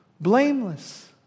blameless